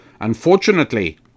Unfortunately